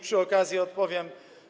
Przy okazji odpowiem.